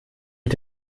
mit